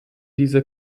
diese